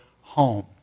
home